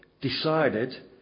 decided